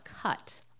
cut